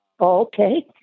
Okay